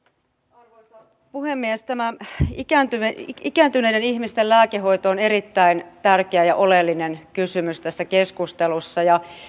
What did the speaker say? arvoisa puhemies tämä ikääntyneiden ihmisten lääkehoito on erittäin tärkeä ja oleellinen kysymys tässä keskustelussa ja